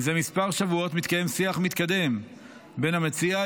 זה כמה שבועות מתקיים שיח מתקדם בין המציע,